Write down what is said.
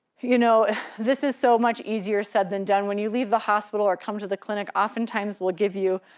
you know this is so much easier said than done when you leave the hospital or come to the clinic, oftentimes we'll give you,